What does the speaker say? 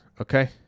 okay